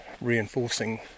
reinforcing